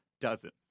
dozens